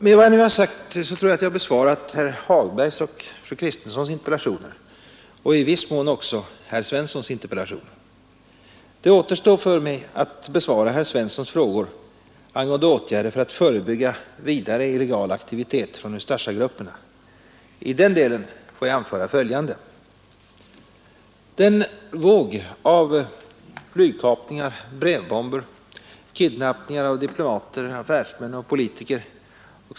Med vad jag nu har sagt har jag besvarat herr Hagbergs och fru Kristenssons interpellationer och i viss mån också herr Svenssons interpellation. Det återstår för mig att besvara herr Svenssons frågor angående åtgärder för att förebygga vidare illegal aktivitet från Ustasjagrupperna. I denna del får jag anföra följande. Den våg av flygkapningar, brevbomber, kidnappningar av diplomater, affärsmän och politiker etc.